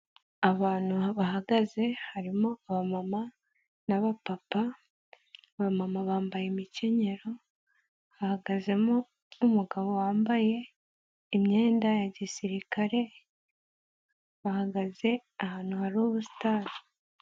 Abantu bahagaze harimo aba mama n'aba papa, abamama bambaye imikenyero, hahagazemo n'umugabo wambaye imyenda ya gisirikare, bahagaze ahantu hari ubusitani.